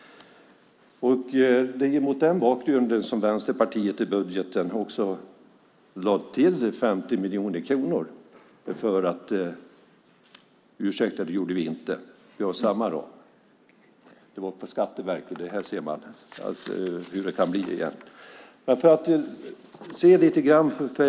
Det är mot den bakgrunden som Vänsterpartiet i budgeten lade till 50 miljoner kronor. Ursäkta, det gjorde vi inte. Vi har samma ram. Det var på Skatteverket. Där ser man hur det kan bli.